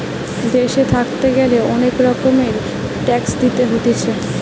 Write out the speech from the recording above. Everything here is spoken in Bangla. দেশে থাকতে গ্যালে অনেক রকমের ট্যাক্স দিতে হতিছে